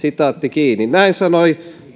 näin sanoi